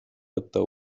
võtta